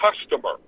customer